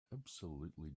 absolutely